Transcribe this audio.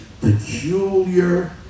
peculiar